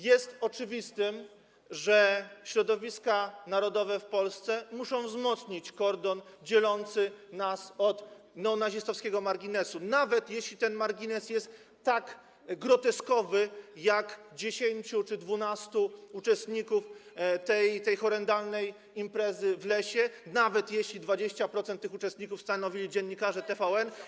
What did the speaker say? Jest oczywiste, że środowiska narodowe w Polsce muszą wzmocnić kordon dzielący nas od neonazistowskiego marginesu, nawet jeśli ten margines jest tak groteskowy jak 10 czy 12 uczestników tej horrendalnej imprezy w lesie, nawet jeśli 20% tych uczestników stanowili dziennikarze TVN.